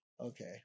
Okay